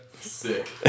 Sick